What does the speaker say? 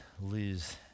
lose